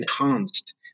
enhanced